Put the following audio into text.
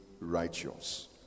righteous